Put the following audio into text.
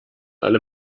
alle